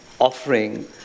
offering